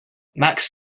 max